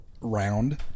round